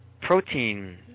protein